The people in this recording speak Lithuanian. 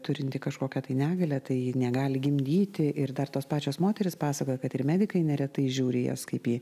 turinti kažkokią tai negalią tai ji negali gimdyti ir dar tos pačios moterys pasakoja kad ir medikai neretai žiūri į jas kaip į